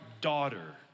daughter